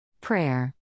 Prayer